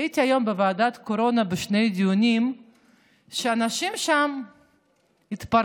הייתי היום בוועדת הקורונה בשני דיונים שאנשים שם התפרקו.